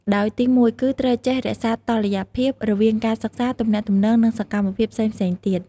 ដោយទីមួយគឺ ត្រូវចេះ រក្សាតុល្យភាព រវាងការសិក្សា ទំនាក់ទំនង និងសកម្មភាពផ្សេងៗទៀត។